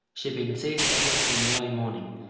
she had been seized with epilepsy in the early morning,